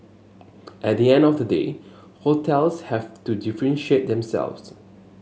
at the end of the day hotels have to differentiate themselves